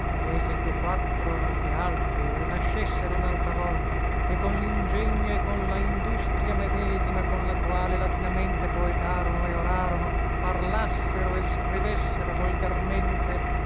ché se que quattro non che altri rinascessero unaltra volta e con lingegno e con la industria medesima con la quale latinamente poetarono e orarono parlassero e scrivessero volgarmente